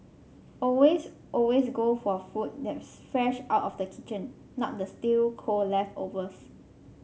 always always go for food that's fresh out of the kitchen not the stale cold leftovers